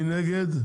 מי נגד?